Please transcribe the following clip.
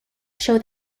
show